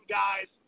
guys